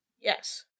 Yes